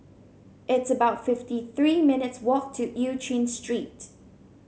it's about fifty three minutes' walk to Eu Chin Street